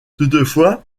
toutefois